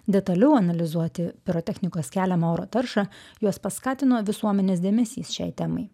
detaliau analizuoti pirotechnikos keliamą oro taršą juos paskatino visuomenės dėmesys šiai temai